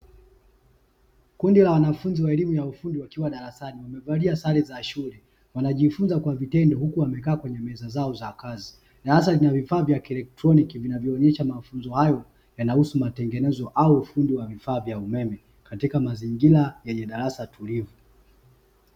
Kundi la wanafunzi wa elimu ya ufundi wakiwa darasani wamevalia sare zao za shule, wanajifunza kwa vitendo huku wamekaa kwenye meza zao za kazi, darasa lina vifaa vya kielektroniki vinavyoonyesha mafunzo hayo yanahusu matengenezo au ufundi wa vifaa vya umeme katika mazingira yenye darasa tulivu.